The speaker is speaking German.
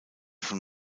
von